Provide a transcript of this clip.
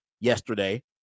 yesterday